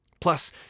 Plus